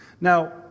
now